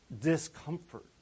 discomfort